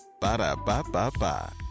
Ba-da-ba-ba-ba